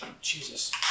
Jesus